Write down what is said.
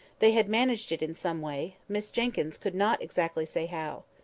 they had managed it in some way miss jenkyns could not exactly say how.